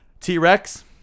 T-Rex